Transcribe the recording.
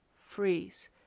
freeze